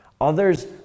Others